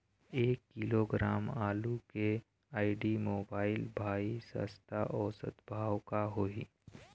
एक किलोग्राम आलू के आईडी, मोबाइल, भाई सप्ता औसत भाव का होही?